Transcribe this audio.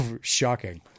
shocking